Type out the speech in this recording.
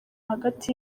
hagati